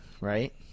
right